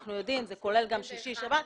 שאנחנו יודעים זה כולל גם ימי שישי ושבת.